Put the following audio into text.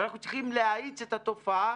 אנחנו צריכים להאיץ את התופעה